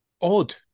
odd